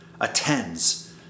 attends